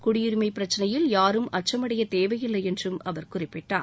குடியரிமை பிரச்சினையில் யாரும் அச்சமடையத் தேவையில்லை என்றும் அவர் குறிப்பிட்டார்